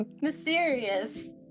Mysterious